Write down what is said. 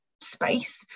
space